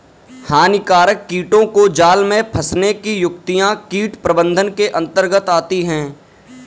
हानिकारक कीटों को जाल में फंसने की युक्तियां कीट प्रबंधन के अंतर्गत आती है